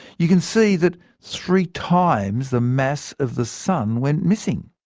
you can see that three times the mass of the sun went missing.